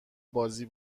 بازی